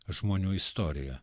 žmonių istoriją